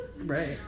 Right